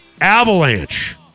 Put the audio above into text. Avalanche